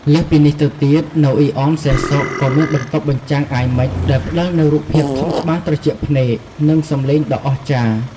លើសពីនេះទៅទៀត នៅអ៊ីនអនសែនសុខ ក៏មានបន្ទប់បញ្ចាំង អាយមិច ដែលផ្តល់នូវរូបភាពធំច្បាស់ត្រជាក់ភ្នែក និងសម្លេងដ៏អស្ចារ្យ។